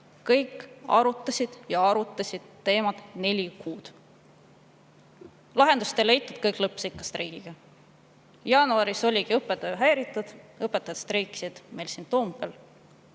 arutasid ja arutasid seda teemat neli kuud. Lahendust ei leitud, kõik lõppes ikka streigiga. Jaanuaris oligi õppetöö häiritud, õpetajad streikisid meil siin Toompeal.